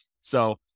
So-